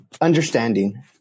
understanding